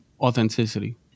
authenticity